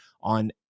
on